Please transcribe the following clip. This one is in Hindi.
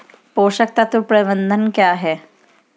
पोषक तत्व प्रबंधन क्या है?